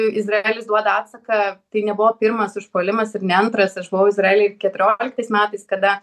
i izraelis duoda atsaką tai nebuvo pirmas užpuolimas ir ne antras aš buvau izraely keturioliktais metais kada